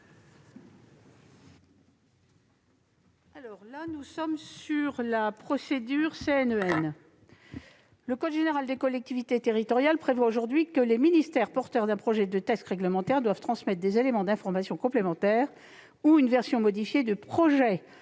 parole est à Mme la ministre. Le code général des collectivités territoriales prévoit aujourd'hui que les ministères porteurs d'un projet de texte réglementaire doivent transmettre des éléments d'information complémentaires ou une version modifiée du projet